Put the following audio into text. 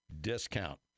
discount